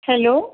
hello